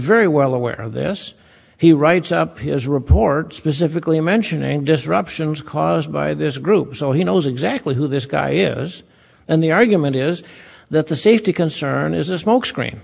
very well aware of this he writes up his report specifically mentioning disruptions caused by this group so he knows exactly who this guy is and the argument is that the safety concern is a smokescreen